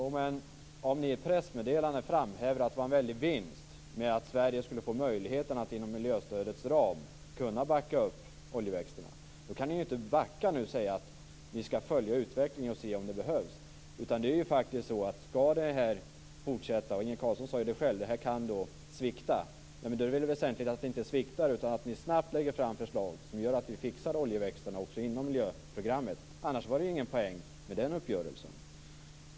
Om ni i ert pressmeddelande framhäver att det skulle vara en väldig vinst om Sverige fick möjligheten att inom miljöstödets ram backa upp oljeväxterna, kan ni inte nu backa och säga: Vi skall följa utvecklingen och se om det behövs. Inge Carlsson säger själv att det här kan svikta. Det är väsentligt att ni inte sviktar utan snabbt lägger fram förslag som gör att vi fixar oljeväxterna inom miljöprogrammet. Annars var det ingen poäng med den uppgörelsen.